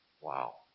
Wow